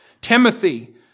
Timothy